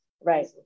Right